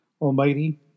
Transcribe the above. Almighty